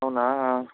అవునా